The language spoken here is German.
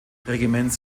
regiments